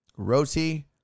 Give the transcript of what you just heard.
Roti